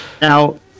Now